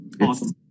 Awesome